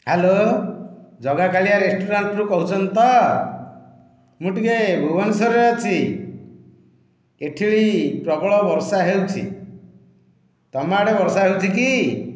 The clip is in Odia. ହ୍ୟାଲୋ ଜଗାକାଳିଆ ରେଷ୍ଟୁରାଣ୍ଟରୁ କହୁଛନ୍ତି ତ ମୁଁ ଟିକିଏ ଭୁବନେଶ୍ଵରରେ ଅଛି ଏଇଠି ପ୍ରବଳ ବର୍ଷା ହେଉଛି ତୁମ ଆଡ଼େ ବର୍ଷା ହେଉଛି କି